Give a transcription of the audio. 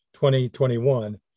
2021